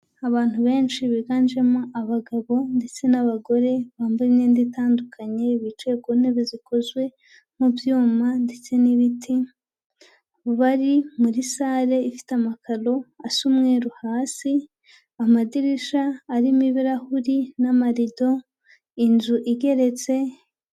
Abantu benshi biganjemo abagabo ndetse n'abagore, bambaye imyenda itandukanye bicaye ku ntebe zikozwe mu byuma ndetse n'ibiti, bari muri sale ifite amakaro asa umweru hasi, amadirishya arimo ibirahure n'amarido, inzu igeretse.